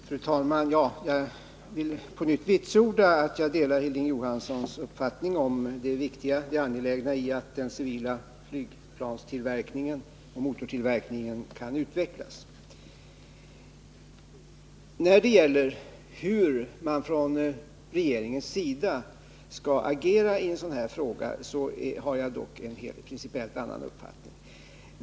Fru talman! Jag vill på nytt vitsorda att jag delar Hilding Johanssons uppfattning om det angelägna i att den civila flygplanstillverkningen och motortillverkningen kan utvecklas. När det gäller hur regeringen skall agera i en sådan här fråga har jag dock principellt en helt annan uppfattning.